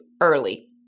early